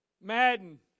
Madden